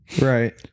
Right